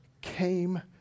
came